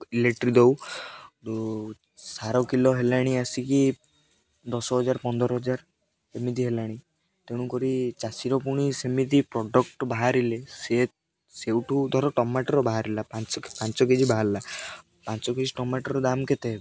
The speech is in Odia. ଇଲେକ୍ଟ୍ରିକ୍ ଦେଉ ସାର କିଲୋ ହେଲାଣି ଆସିକି ଦଶ ହଜାର ପନ୍ଦର ହଜାର ଏମିତି ହେଲାଣି ତେଣୁକରି ଚାଷୀର ପୁଣି ସେମିତି ପ୍ରଡ଼କ୍ଟ ବାହାରିଲେ ସେ ସେଉଠୁ ଧର ଟମାଟର ବାହାରି ଲାଞ୍ଚ ପାଞ୍ଚ କେ ଜି ବାହାରିଲା ପାଞ୍ଚ କେ ଜି ଟମାଟର ଦାମ କେତେ ହେବ